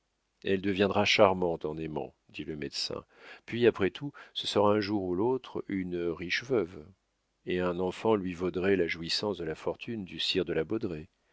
elle deviendra charmante en aimant dit le médecin puis après tout ce sera un jour ou l'autre une riche veuve et un enfant lui vaudrait la jouissance de la fortune du sire de la